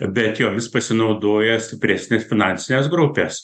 bet jomis pasinaudoja stipresnės finansinės grupės